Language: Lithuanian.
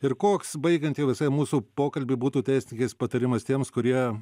ir koks baigiant jau visai mūsų pokalbiui būtų teisininkės patarimas tiems kurie